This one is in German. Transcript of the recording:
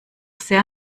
sehr